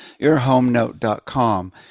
yourhomenote.com